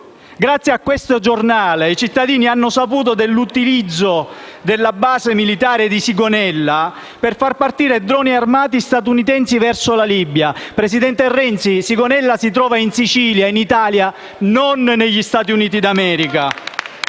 Grazie a questo giornale i cittadini hanno saputo dell'utilizzo della base militare di Sigonella per far partire droni armati statunitensi verso la Libia. Presidente Renzi, Sigonella si trova in Sicilia, in Italia, e non negli Stati Uniti d'America!